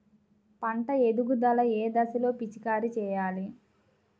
పంట ఎదుగుదల ఏ దశలో పిచికారీ చేయాలి?